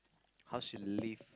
how she live